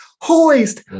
hoist